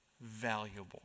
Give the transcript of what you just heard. valuable